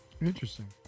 interesting